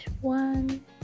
one